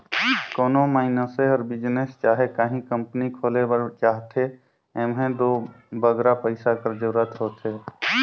कोनो मइनसे हर बिजनेस चहे काहीं कंपनी खोले बर चाहथे एम्हें दो बगरा पइसा कर जरूरत होथे